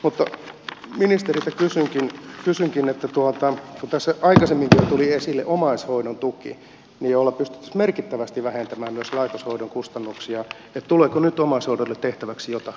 mutta ministeriltä kysynkin kun tässä aikaisemminkin jo tuli esille omaishoidon tuki jolla pystyttäisiin merkittävästi vähentämään myös laitoshoidon kustannuksia tuleeko nyt omaishoidolle tehtäväksi jotakin